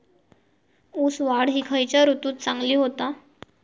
ऊस वाढ ही खयच्या ऋतूत चांगली होता?